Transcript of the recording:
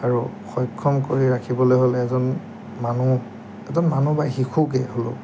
আৰু সক্ষম কৰি ৰাখিবলে হ'লে এজন মানুহ এজন মানুহ বা শিশুকে হ'লেও